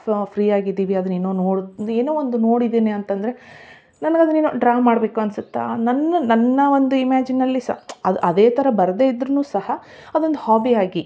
ಫ್ ಫ್ರೀ ಆಗಿದ್ದೀವಿ ಅದನ್ನ ಏನೋ ನೊ ಏನೋ ಒಂದು ನೋಡಿದ್ದೀನಿ ಅಂತಂದರೆ ನನ್ಗ ಅದನ್ನ ಡ್ರಾ ಮಾಡಬೇಕು ಅನ್ಸತ್ತೆ ನನ್ನ ನನ್ನ ಒಂದು ಇಮ್ಯಾಜಿನ್ ಅಲ್ಲಿ ಸಹ ಅದು ಅದೇ ಥರ ಬರದೇ ಇದ್ದರೂನು ಸಹ ಅದೊಂದು ಹೊಬಿ ಆಗಿ